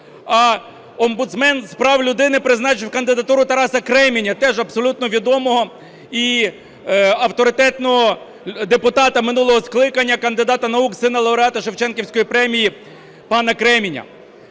а омбудсмен з прав людини призначив кандидатуру Тараса Креміня, теж абсолютно відомого і авторитетного депутата минулого скликання, кандидата наук, сина лауреата Шевченківської премії пана Креміня.